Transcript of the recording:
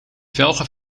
velgen